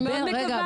אני מאוד מקווה.